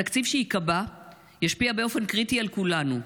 התקציב שייקבע ישפיע באופן קריטי על כולנו.